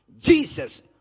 Jesus